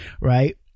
Right